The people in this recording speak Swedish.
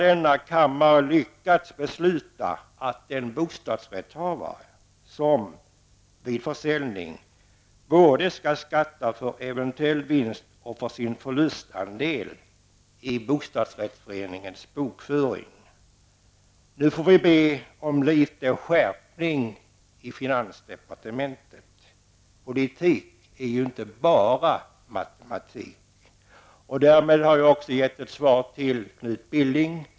Denna kammare har lyckats besluta att en bostadsrättshavare vid försäljning både skall skatta för eventuell vinst och för sin förlustandel i bostadsrättsföreningens bokföring. Nu får vi be om litet skärpning i finansdepartementet. Politik är inte bara matematik. Därmed har jag också gett ett svar till Knut Billing.